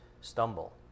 stumble